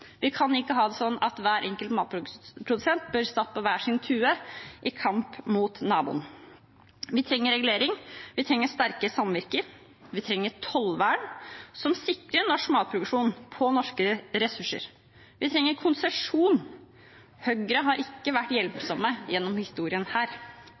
Vi kan ikke ha det sånn at hver enkelt matprodusent blir satt på hver sin tue i kamp mot naboen. Vi trenger regulering. Vi trenger sterke samvirker. Vi trenger tollvern som sikrer norsk matproduksjon på norske ressurser. Vi trenger konsesjon. Høyre har ikke vært hjelpsomme gjennom historien her.